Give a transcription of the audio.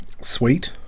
sweet